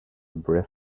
breath